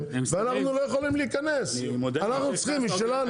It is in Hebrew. ואנחנו לא יכולים להיכנס אנחנו צריכים משלנו,